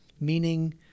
meaning